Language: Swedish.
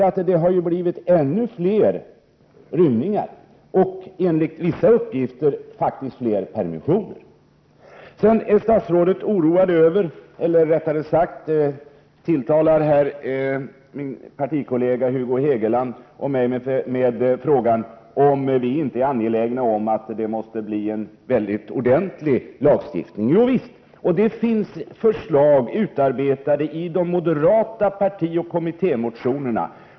Det har ju blivit ännu fler rymningar, och enligt vissa uppgifter faktiskt fler permissioner. Statsrådet vänder sig till min partikollega Hugo Hegeland och mig med frågan om vi inte är angelägna om en ordentlig lagstiftning. Jo, visst måste det bli en sådan! Det finns förslag utarbetade i de moderata partioch kommittémotionerna.